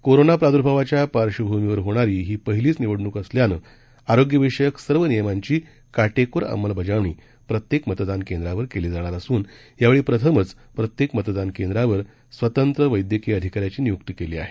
कोरोनाप्रादुर्भावाच्यापार्श्वभूमीवरहोणारीहीपहिलीचनिवडणूकअसल्यानंआरोग्यविषयकसर्वनि यमांचीकाटेकोरअंमलबजावणीप्रत्येकमतदानकेंद्रावरहीकेलीजाणारअसुनयावेळीप्रथमचप्रत्येक मतदानकेंद्रावरस्वतंत्रवैदयकीयअधिकाऱ्याचीनियुक्तीकरण्यातआलीआहे